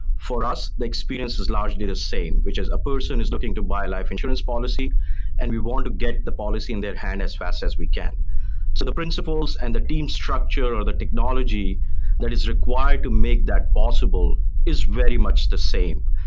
for us, the experience is largely the same, which as a person is looking to buy life insurance policy and we want to get the policy in their hand as fast as we can so the principles and the team structure, or the technology that is required to make that possible is very much the same.